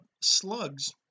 slugs